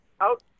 out